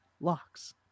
locks